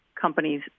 companies